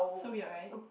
so weird right